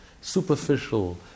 superficial